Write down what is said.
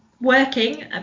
working